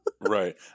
right